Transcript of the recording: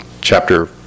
chapter